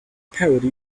parody